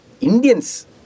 Indians